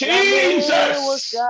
Jesus